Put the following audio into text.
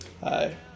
Hi